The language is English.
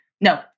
no